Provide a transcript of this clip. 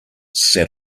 sat